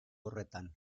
horretan